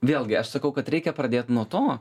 vėlgi aš sakau kad reikia pradėt nuo to